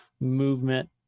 movement